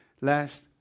Last